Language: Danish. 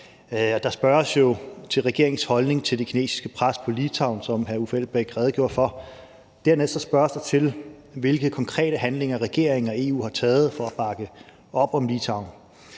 Der spørges jo til regeringens holdning til det kinesiske pres på Litauen, som hr. Uffe Elbæk redegjorde for. Dernæst spørges der til, hvilke konkrete handlinger regeringen og EU har taget for at bakke op om Litauen.